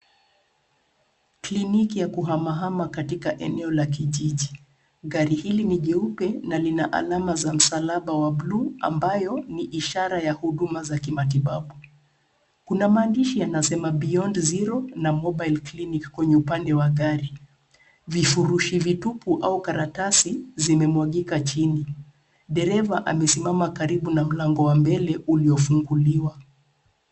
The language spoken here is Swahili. Kliniki ya kuhamahama katika eneo la kijiji. Gari hili ni jeupe na lina alama za msalaba wa bluu ambayo ni ishara ya huduma za kimatibabu. Kuna maandishi yanasema Beyond Zero na Mobile Clinic kwenye upande wa gari. Vifurushi vitupu au karatasi zimemwagika chini. Dereva amesimama karibu na mlango wa mbele uliofunguliwa.